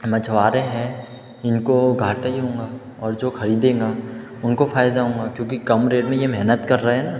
मछुआरे हैं इनको घाटा ही होगा और जो ख़रीदेगा उनको फ़ायदा होगा क्योंकि कम रेट में ये मेहनत कर रहे हैं ना